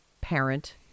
parent